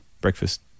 Breakfast